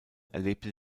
erlebte